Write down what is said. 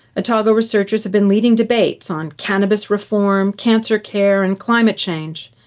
otago researchers have been leading debates on cannabis reform, cancer care and climate change.